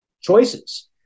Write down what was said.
choices